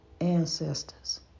ancestors